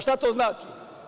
Šta to znači?